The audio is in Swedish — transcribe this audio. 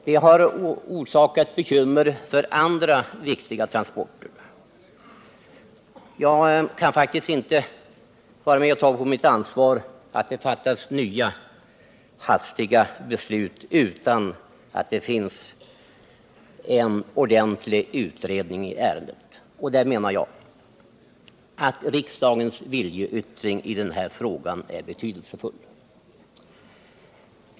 Det har orsakat bekymmer för andra viktiga transporter. Jag kan faktiskt inte vara med om och ta på mitt ansvar att det fattas nya hastiga beslut utan att det finns en ordentlig utredning i ärendet, och i det avseendet menar jag att riksdagens viljeyttring är betydelsefull.